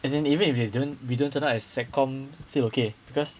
as in even if they don't we don't turn out as sec com still okay because